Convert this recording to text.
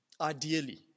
ideally